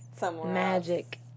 magic